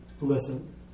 Listen